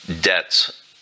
debts